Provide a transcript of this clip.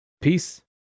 Peace